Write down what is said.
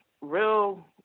real